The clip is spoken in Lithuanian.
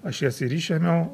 aš jas ir išėmiau